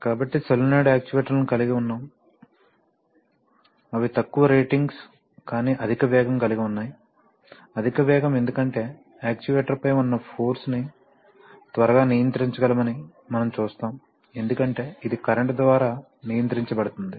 కాబట్టి సోలేనోయిడ్ యాక్చుయేటర్లను కలిగి ఉన్నాము అవి తక్కువ రేటింగ్స్ కానీ అధిక వేగం కలిగి ఉన్నాయి అధిక వేగం ఎందుకంటే యాక్చుయేటర్ పై ఉన్న ఫోర్స్ ని త్వరగా నియంత్రించగలమని మనం చూస్తాము ఎందుకంటే ఇది కరెంట్ ద్వారా నియంత్రించబడుతుంది